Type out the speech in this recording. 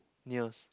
nears